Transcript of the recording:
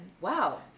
Wow